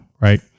right